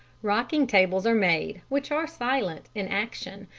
rocking tables are made which are silent in action,